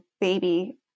baby